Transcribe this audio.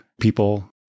people